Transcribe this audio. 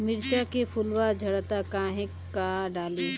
मिरचा के फुलवा झड़ता काहे का डाली?